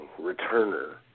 returner